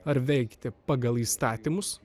ar veikti pagal įstatymus